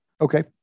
Okay